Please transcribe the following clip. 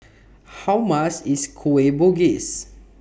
How Mass IS Kueh Bugis